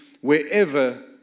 wherever